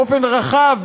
באופן רחב,